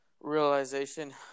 realization